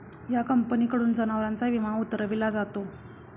या कंपनीकडून जनावरांचा विमा उतरविला जातो